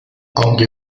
aunque